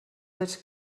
les